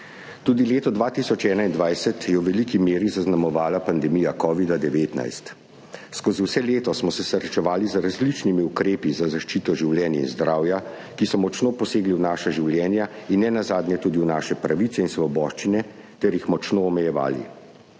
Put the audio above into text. Tudi leto 2021 je v veliki meri zaznamovala pandemija covida-19. Skozi vse leto smo se srečevali z različnimi ukrepi za zaščito življenja in zdravja, ki so močno posegli v naša življenja in nenazadnje tudi v naše pravice in svoboščine ter jih močno omejevali.